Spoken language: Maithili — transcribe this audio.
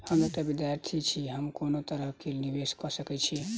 हम एकटा विधार्थी छी, हम कोनो तरह कऽ निवेश कऽ सकय छी की?